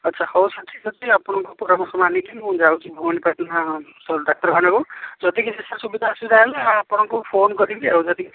ଆଚ୍ଛା ହଉ ସାର୍ ଠିକ୍ ଅଛି ଆପଣଙ୍କ ପରାମର୍ଶ ମାନିକି ମୁଁ ଯାଉଛି ଭାବନୀପଟଣା ଡାକ୍ତରଖାନାକୁ ଯଦି କିଛି ସୁବିଧା ଅସୁବିଧା ହେଲା ଆପଣଙ୍କୁ ଫୋନ କରିବି ଯେ ଯଦି କିଛି